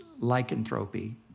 lycanthropy